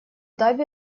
даби